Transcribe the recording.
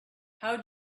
how